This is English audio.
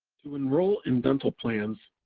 to enroll in dental plans,